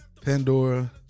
Pandora